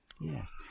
Yes